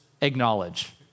acknowledge